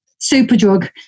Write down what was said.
Superdrug